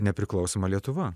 nepriklausoma lietuva